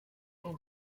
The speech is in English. and